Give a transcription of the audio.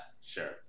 sure